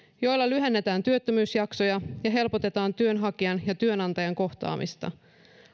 joilla lyhennetään työttömyysjaksoja ja helpotetaan työnhakijan ja työnantajan kohtaamista